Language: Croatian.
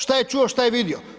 Što je čuo, što je vidio?